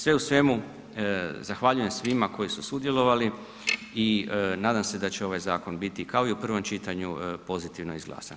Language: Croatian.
Sve u svemu, zahvaljujem svima koji su sudjelovali i na dam se da će ovaj zakon biti kao i prvom čitanju pozitivno izglasan.